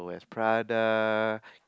Prada